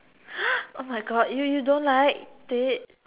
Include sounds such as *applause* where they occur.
*noise* oh my god you you don't like